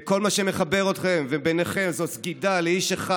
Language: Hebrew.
כל מה שמחבר אתכם וביניכם זה סגידה לאיש אחד.